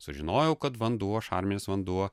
sužinojau kad vanduo šarminis vanduo